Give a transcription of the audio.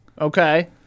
Okay